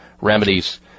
remedies